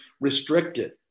restricted